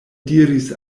diris